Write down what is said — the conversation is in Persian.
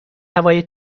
هوای